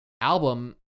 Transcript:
album